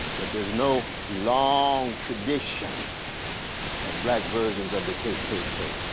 but there's no long tradition of black versions of the kkk.